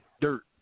dirt